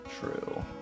true